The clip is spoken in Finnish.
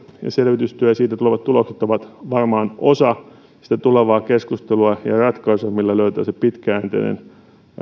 ja siitä tulevat tulokset ovat varmaan osa sitä tulevaa keskustelua ja ratkaisua millä löydetään se pitkäjänteinen